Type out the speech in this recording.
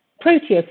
Proteus